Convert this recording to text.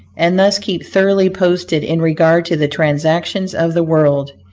and thus keep thoroughly posted in regard to the transactions of the world.